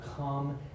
come